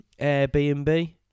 Airbnb